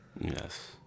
yes